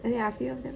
as in a few of them